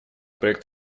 проект